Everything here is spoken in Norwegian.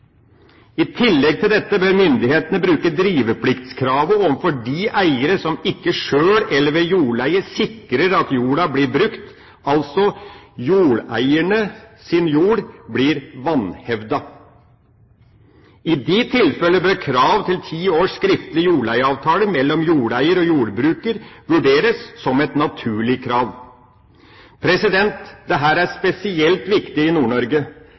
I tillegg til dette bør myndighetene bruke drivepliktskravet overfor de eiere som ikke sjøl eller ved jordleie sikrer at jorda blir brukt, altså jordeiernes jord blir vanhevda. I de tilfeller bør krav til ti års skriftlig jordleieavtale mellom jordeier og jordbruker vurderes som et naturlig krav. Dette er spesielt viktig i